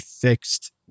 fixed